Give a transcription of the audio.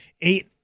eight